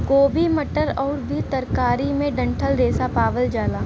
गोभी मटर आउर भी तरकारी में डंठल रेशा पावल जाला